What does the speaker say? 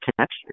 connection